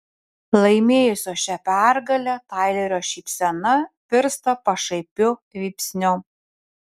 laimėjusio šią pergalę tailerio šypsena virsta pašaipiu vypsniu